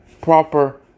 Proper